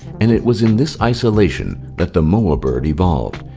and it was in this isolation that the moa bird evolved.